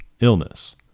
illness